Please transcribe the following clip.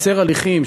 לקצר הליכים,